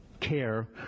care